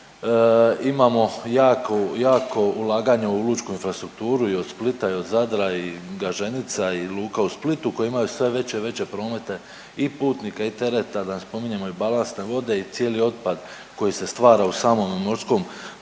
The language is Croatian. jaku, jako ulaganje u lučku infrastrukturu i od Splita i od Zadra i Gaženica i luka u Splitu koji imaju sve veće i veće promete i putnika i tereta, da spominjemo i balastne vode i cijeli otpad koji se stvara u samom morskom prometu.